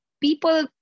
people